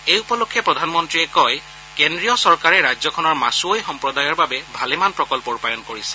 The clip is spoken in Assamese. এই উপলক্ষে প্ৰধানমন্তীয়ে কয় কেন্দ্ৰীয় চৰকাৰে ৰাজ্যখনৰ মাছুৱৈ সম্প্ৰদায়ৰ বাবে ভালেমান প্ৰকল্প ৰূপায়ণ কৰিছে